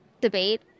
debate